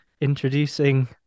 Introducing